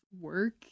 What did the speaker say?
work